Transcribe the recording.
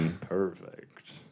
Perfect